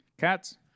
Cats